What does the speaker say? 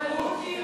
ממלכתית (תיקון,